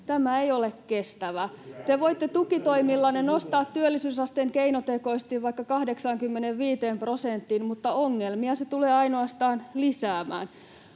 Juvonen!] Te voitte tukitoimillanne nostaa työllisyysasteen keinotekoisesti vaikka 85 prosenttiin, mutta ongelmia se tulee ainoastaan lisäämään.